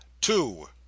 two